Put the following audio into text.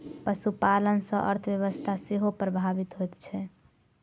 पशुपालन सॅ अर्थव्यवस्था सेहो प्रभावित होइत छै